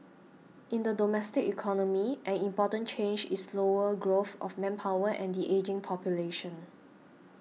in the domestic economy an important change is slower growth of manpower and the ageing population